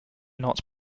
not